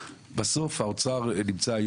אתה לא יכול באותו יום להעלות גם את המס